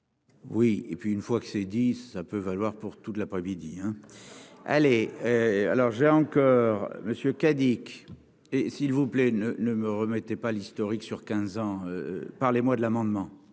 Oui, et puis une fois que ces 10, ça peut valoir pour toute l'après-midi, hein, allez, alors j'ai un coeur monsieur Cadic et s'il vous plaît, ne ne me remettait pas l'historique, sur 15 ans par les mois de l'amendement.